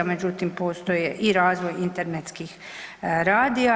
Međutim, postoje i razvoj internetskih radija.